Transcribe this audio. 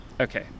Okay